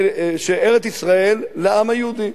שארץ-ישראל לעם היהודי.